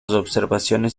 observaciones